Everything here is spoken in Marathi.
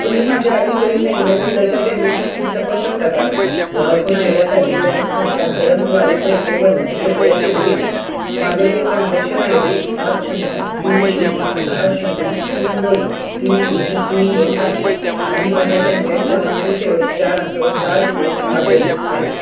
तुम्ही माझ्या अलीकडील लँडलाईन बिलाच्या पेमेंटची स्थिती तपासू शकता का व्होडाफोन आयडियासाठी बँक हस्तांतरणद्वारे पैसे भरण्याची प्रक्रिया केले गेली माझ्याकडे ट्रान्झॅक्शन आय डी सात शून्य तीन शून्य सहा शून्य तीन नऊ तीन शून्य तीन दोन आहे आणि माझ्या लँडलाईन क्रमांकचे शेवटचे चार अंक सात एक आठ एक आहेत